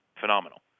phenomenal